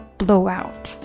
blowout 。